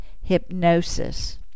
hypnosis